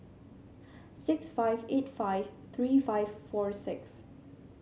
six five eight five three five four six